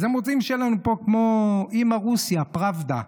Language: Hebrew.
אז הם רוצים שיהיה לנו פה כמו אימא רוסיה, פראבדה.